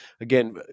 again